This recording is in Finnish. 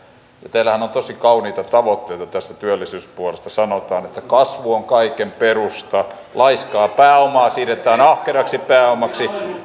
täällähän on tosi kauniita tavoitteita tästä työllisyyspuolesta sanotaan että kasvu on kaiken perusta laiskaa pääomaa siirretään ahkeraksi pääomaksi